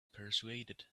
persuaded